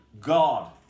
God